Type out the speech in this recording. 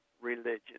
religion